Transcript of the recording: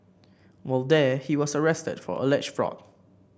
while there he was arrested for alleged fraud